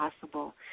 possible